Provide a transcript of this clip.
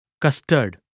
Custard